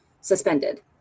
suspended